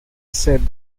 said